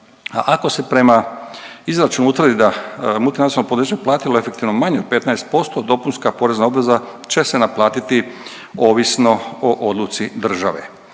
ako se prema izračunu utvrdi da multinacionalno poduzeće platilo efektivno manje od 15%, dopunska porezna obveza će se naplatiti ovisno o odluci države.